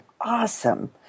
awesome